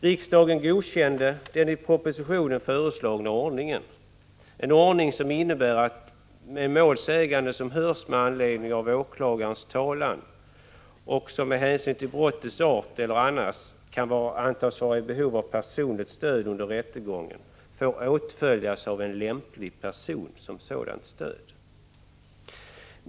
Riksdagen godkände den i propositionen föreslagna ordningen, en ordning som innebar att målsägande som hörs med anledning av åklagarens talan och som med hänsyn till brottets art eller annars kan antas vara i behov av personligt stöd under rättegången får åtföljas av en lämplig person som sådant stöd.